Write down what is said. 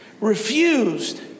refused